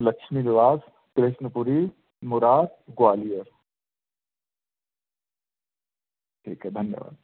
लक्ष्मी निवास कृष्णपुरी मुरार ग्वालियर ठीक है धन्यवाद